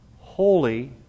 holy